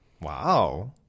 Wow